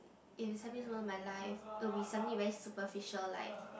if is happiest moment of my life it will be something very superficial like